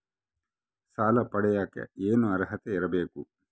ಸಾಲ ಪಡಿಯಕ ಏನು ಅರ್ಹತೆ ಇರಬೇಕು?